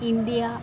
India